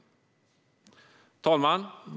Fru talman!